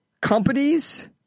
companies